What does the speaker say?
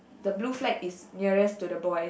the blue flag is nearest to the boy